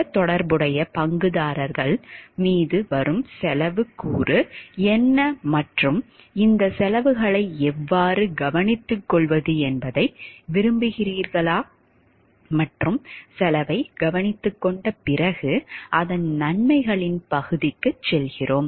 பிற தொடர்புடைய பங்குதாரர்கள் மீது வரும் செலவு கூறு என்ன மற்றும் இந்த செலவுகளை எவ்வாறு கவனித்துக்கொள்வது என்பதை விரும்புகிறீர்களா மற்றும் செலவைக் கவனித்துக்கொண்ட பிறகு அதன் நன்மைகளின் பகுதிக்கு செல்கிறோம்